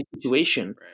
situation